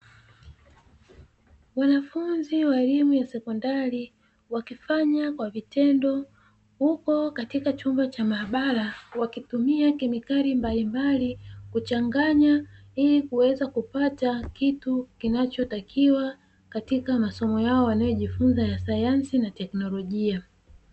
Wanafunzi wa elimu ya sekondari, wakifanya kwa vitendo huko katika chumba cha maabara, wakitumia kemikali mbalimbali kuchanganya ili kuweza kupata kitu kinachotakiwa katika masomo yao waliyojifunza ya sayansi na teknolojia.